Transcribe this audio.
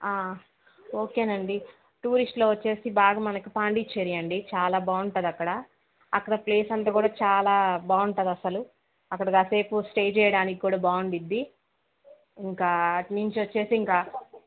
okay అండి టూరిస్ట్లో వచ్చి బాగా మనకు పాండిచ్చేరి అండి చాలా బాగుంటుంది అక్కడ అక్కడ ప్లేస్ అంతా కూడా చాలా బాగుంటుంది అసలు అక్కడ కాసేపు స్టే చేయడానికి కూడా బాగుంటుద్ది ఇంకా అటు నుంచి వచ్చి ఇంకా